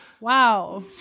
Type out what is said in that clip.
Wow